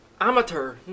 amateur